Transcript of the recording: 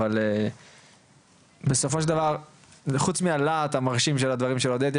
אבל בסופו של דבר חוץ מהלהט של הדברים של עודד,